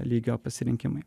lygio pasirinkimai